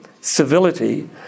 civility